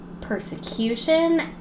persecution